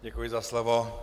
Děkuji za slovo.